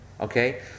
Okay